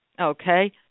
okay